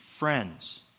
friends